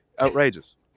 Outrageous